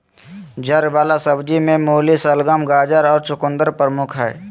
जड़ वला सब्जि में मूली, शलगम, गाजर और चकुंदर प्रमुख हइ